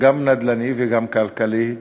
גם נדל"ני וגם כלכלי,